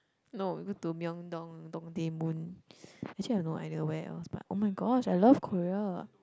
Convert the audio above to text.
no go to Myeongdong Dongdaemun actually I have no idea where else but [oh]-my-gosh I love Korea